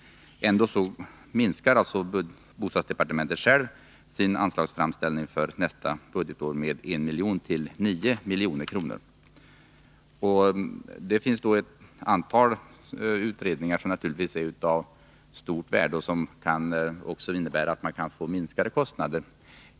Ändå minskar alltså bostadsdepartementet självt sin anslagsframställning för nästa budgetår med 1 milj.kr. till 9 milj.kr. Det pågår ett antal utredningar, som naturligtvis är av stort värde och som också kan innebära minskade kostnader.